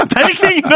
taking